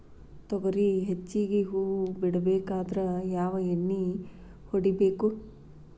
ತೊಗರಿ ಹೆಚ್ಚಿಗಿ ಹೂವ ಬಿಡಬೇಕಾದ್ರ ಯಾವ ಎಣ್ಣಿ ಹೊಡಿಬೇಕು?